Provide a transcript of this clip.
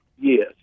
Yes